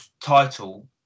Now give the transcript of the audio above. title